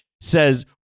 says